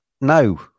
No